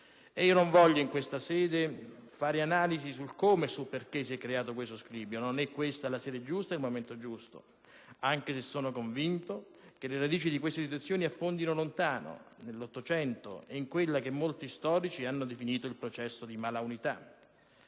E non voglio in questa sede fare analisi del come e perché si è creato questo squilibrio, non sono questi la sede ed il momento giusti, anche se sono convinto che le radici di queste situazioni risalgano all'Ottocento e in quello che molti storici hanno definito il processo di mala unità.